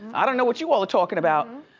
i don't know what you all are talkin' about.